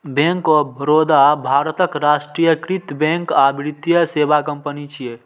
bank of Baroda भारतक राष्ट्रीयकृत bank आ वित्तीय सेवा कंपनी छियै